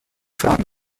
fragen